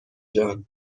جان